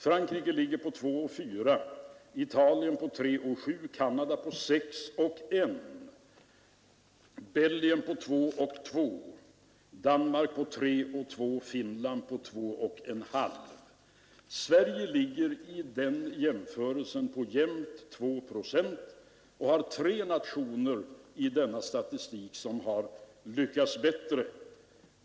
Frankrike ligger på 2,4, Italien på 3,7, Canada på 6,1, Belgien på 2,2, Danmark på 3,2 och Finland på 2,5 procent. Sverige ligger i den lerande åtgärder jämförelsen på jämnt 2 procent. Det finns tre nationer i denna statistik som har lyckats bättre.